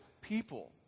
people